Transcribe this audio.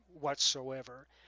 whatsoever